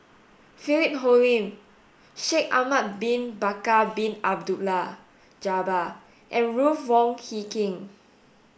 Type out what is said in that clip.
Philip Hoalim Shaikh Ahmad bin Bakar Bin Abdullah Jabbar and Ruth Wong Hie King